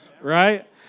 right